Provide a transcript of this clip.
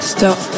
Stop